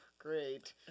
great